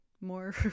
more